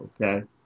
okay